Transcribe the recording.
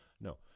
No